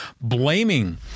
blaming